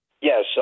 Yes